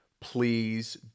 please